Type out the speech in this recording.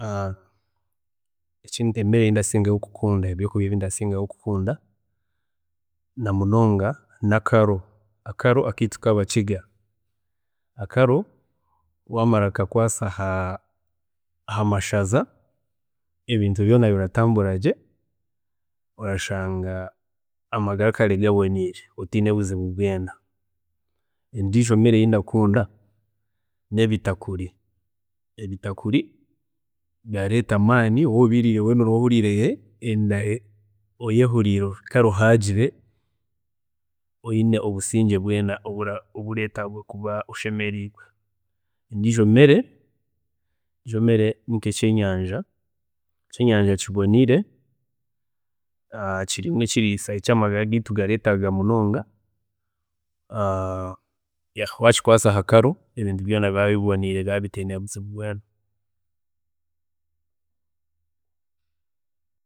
Ekindi emere eyindasingayo kukunda, ebyokurya ebi ndasingayo kukunda namunonga n'akaro, akaro akeitu kabakiga, akaro wamara kukakwaasa ahamashaza ebintu byoona biratambura gye, orashanga amagara kare gaboniire, otiine buzibu bwoona, ebindi byokurya ebi ndakunda nebitakuri, ebitakuri birareeta amaani, waaba obiriire enda orahurira mbwenu weena ohaagire, oyine obusingye bwoona oburetagwa kuba oshemeriirwe. Endijo mere, endijo mere ni nk'ekyenyanja, ekyenyanja kiboniire kiine ekiriisa eki amagara geitu garetaaga munonga, wakikwaasa ha karo ebintu byoona biraba biboniire biraba bitiine buzibu bwoona